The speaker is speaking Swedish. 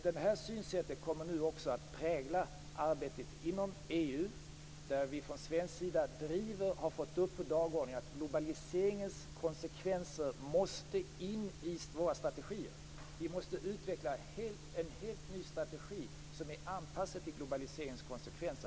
Det här synsättet kommer också nu att prägla arbetet inom EU, där vi från svensk sida driver och har fått upp på dagordningen att globaliseringens konsekvenser måste in i våra strategier. Vi måste utveckla en helt ny strategi som är anpassad till globaliseringens konsekvenser.